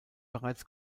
bereits